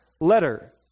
letter